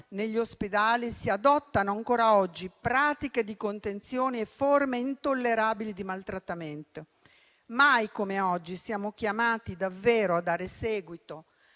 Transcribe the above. negli ospedali si adottano, ancora oggi, pratiche di contenzione e forme intollerabili di maltrattamento. Mai come oggi siamo chiamati davvero a dare seguito